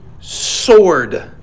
sword